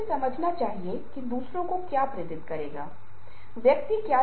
आप पाते हैं कि यहाँ पर एक बूढ़ी औरत है और एक मुड़ा हुआ बाइबल है और वह इस व्यक्ति को देख रहा है